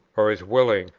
or is willing,